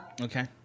Okay